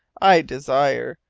i desire,